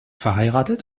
verheiratet